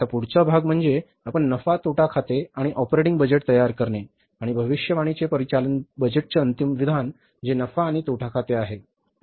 आता पुढचा भाग म्हणजे आपण नफा तोटा खाते आणि ऑपरेटिंग बजेट तयार करणे आणि भविष्यवाणीचे परिचालन बजेटचे अंतिम विधान जे नफा आणि तोटा खाते आहे